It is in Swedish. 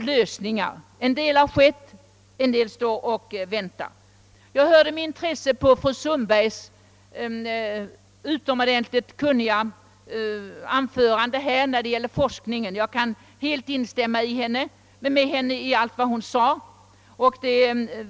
Vissa saker har uträttats och andra står på tur. Jag hörde med intresse på fru Sundbergs utomordentligt kunniga anförande rörande forskningen och kan heli instämma med henne i allt vad hon sade.